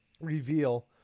reveal